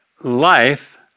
life